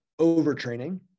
overtraining